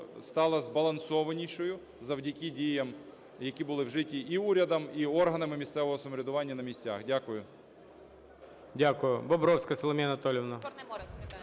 стала збалансованішою завдяки діям, які були вжиті і урядом, і органами місцевого самоврядування на місцях. Дякую. ГОЛОВУЮЧИЙ. Дякую. Бобровська Соломія Анатоліївна.